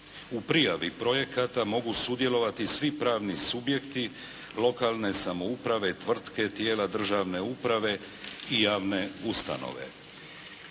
U prijavi projekata mogu sudjelovati svi pravni subjekti, lokalne samouprave, tvrtke, tijela državne uprave i javne ustanove.